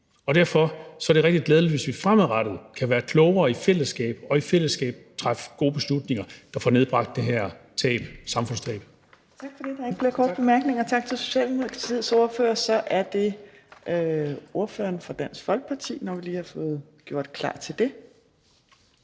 Derfor er det rigtig glædeligt, hvis vi fremadrettet kan være klogere i fællesskab og i fællesskab træffe gode beslutninger, der får nedbragt det her samfundstab. Kl. 11:33 Fjerde næstformand (Trine Torp): Tak for det. Der er ikke flere korte bemærkninger. Tak til Socialdemokratiets ordfører. Så er det ordføreren for Dansk Folkeparti, når vi lige har fået gjort klar til det.